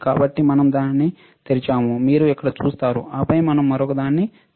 కాబట్టి మనం దానిని తెరిచాము మీరు ఇక్కడ చూస్తారు ఆపై మనం మరొకదాన్ని తెరుస్తాము